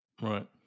Right